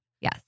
Yes